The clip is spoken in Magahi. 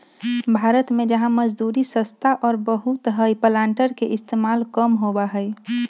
भारत में जहाँ मजदूरी सस्ता और बहुत हई प्लांटर के इस्तेमाल कम होबा हई